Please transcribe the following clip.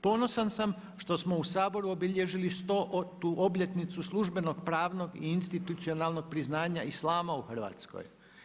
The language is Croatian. Ponosan sam što smo u Saboru obilježili 100. obljetnicu službenog, pravnog i institucionalnog priznanja islama u Hrvatskoj.